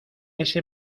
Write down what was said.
ese